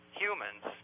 humans